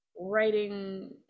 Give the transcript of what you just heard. writing